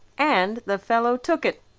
and the fellow took it,